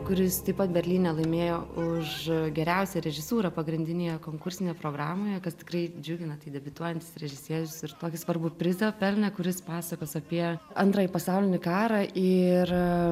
kuris taip pat berlyne laimėjo už geriausią režisūrą pagrindinėje konkursinėje programoje kas tikrai džiugina tai debiutuojantis režisierius ir tokį svarbų prizą pelnė kuris pasakos apie antrąjį pasaulinį karą ir